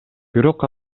бирок